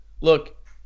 look